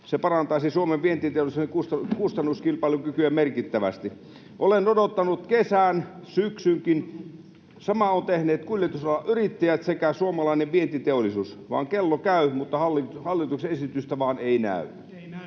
parantanut Suomen vientiteollisuuden kustannuskilpailukykyä merkittävästi. Olen odottanut kesän, syksynkin — saman ovat tehneet kuljetusalan yrittäjät sekä suomalainen vientiteollisuus. Kello käy, mutta hallituksen esitystä vaan ei näy.